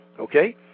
okay